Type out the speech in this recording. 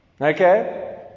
Okay